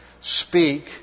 speak